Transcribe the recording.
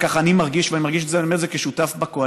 כך אני מרגיש, ואני אומר את זה כשותף בקואליציה.